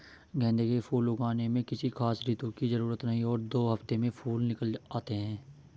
गेंदे के फूल उगाने में किसी खास ऋतू की जरूरत नहीं और दो हफ्तों में फूल निकल आते हैं